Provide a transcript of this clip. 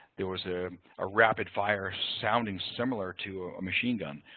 there was ah a rapid fire sounding similar to a machine gun.